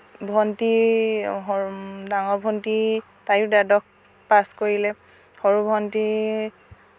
ভণ্টী ডাঙৰ ভণ্টী তাইয়ো দ্বাদশ পাছ কৰিলে সৰু ভণ্টী